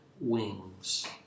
wings